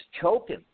choking